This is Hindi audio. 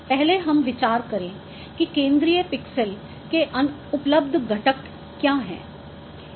पहले हम विचार करें कि केंद्रीय पिक्सेल के अनुपलब्ध घटक क्या हैं